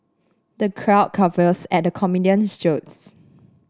the crowd guffaws at the comedian's jokes